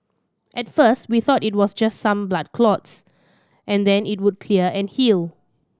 at first we thought it was just some blood clots and then it would clear and heal